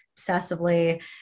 Obsessively